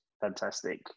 fantastic